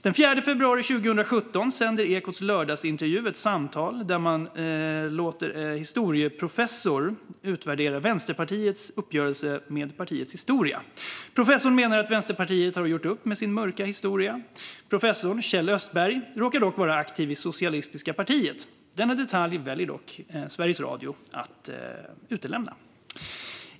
Den 4 februari 2017 sände Ekots lördagsintervju ett samtal där man lät en historieprofessor utvärdera Vänsterpartiets uppgörelse med partiets historia. Professorn menar att Vänsterpartiet har gjort upp med sin mörka historia. Professorn, Kjell Östberg, råkar dock vara aktiv i Socialistiska Partiet. Denna detalj väljer dock Sveriges Radio att utelämna.